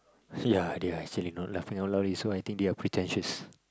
ya they are actually not laughing out loud this is why I think they are pretentious